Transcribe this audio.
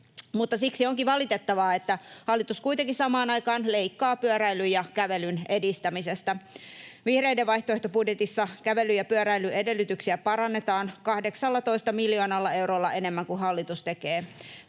Mutta siksi onkin valitettavaa, että hallitus kuitenkin samaan aikaan leikkaa pyöräilyn ja kävelyn edistämisestä. Vihreiden vaihtoehtobudjetissa kävelyn ja pyöräilyn edellytyksiä parannetaan 18 miljoonalla eurolla enemmän kuin hallitus tekee.